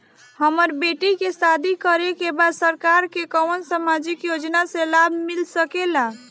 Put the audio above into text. हमर बेटी के शादी करे के बा सरकार के कवन सामाजिक योजना से लाभ मिल सके ला?